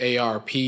ARP